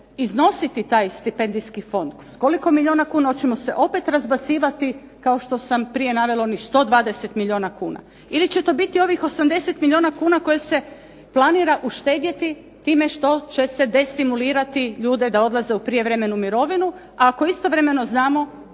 iznositi taj stipendijski fond? S koliko milijuna kuna ćemo se opet razbacivati kao što sam prije navela onih 120 milijuna kuna? Ili će to biti ovih 80 milijuna kuna koje se planira uštedjeti time što će se destimulirati ljude da odlaze u prijevremenu mirovinu, a ako istovremeno znamo